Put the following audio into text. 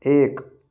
एक